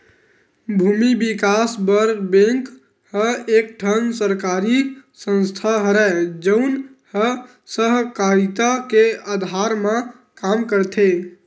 भूमि बिकास बर बेंक ह एक ठन सरकारी संस्था हरय, जउन ह सहकारिता के अधार म काम करथे